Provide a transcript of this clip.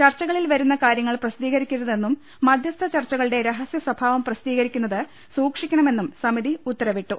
ചർച്ചകളിൽ വരുന്ന കാര്യ ങ്ങൾ പ്രസിദ്ധീകരിക്കരുതെന്നും മധ്യസ്ഥ ചർച്ചകളുടെ രഹസ്യ സ്വഭാവം പ്രസിദ്ധീകരിക്കുന്നത് സൂക്ഷിക്കണമെന്നും സമിതി ഉത്ത രവിട്ടു